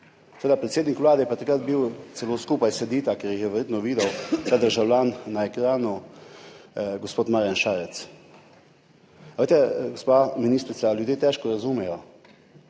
Seveda predsednik Vlade je pa takrat bil, celo skupaj sedita, ker jih je verjetno videl ta državljan na ekranu, gospod Marjan Šarec. Veste, gospa ministrica, ljudje težko razumejo.